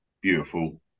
beautiful